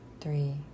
three